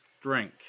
drink